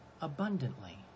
abundantly